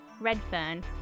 Redfern